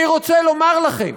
אני רוצה לומר לכם